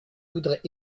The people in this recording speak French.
voudrais